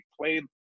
played –